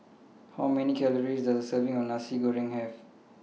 How Many Calories Does A Serving of Nasi Goreng Ayam Kunyit Have